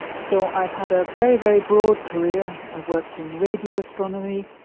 so i've had a very, very broad career, i've worked in radio astronomy,